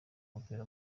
w’umupira